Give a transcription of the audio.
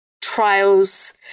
trials